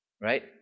right